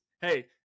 hey